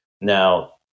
Now